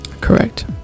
correct